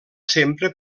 sempre